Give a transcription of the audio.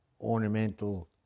ornamental